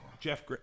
Jeff